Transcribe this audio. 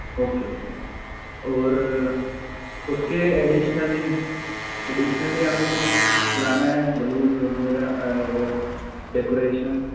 okay okay और उसके additionally additionally हमें कुछ लाना है बलून वग़ैरह डेकोरेशन